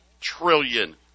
trillion